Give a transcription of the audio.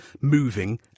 moving